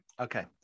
Okay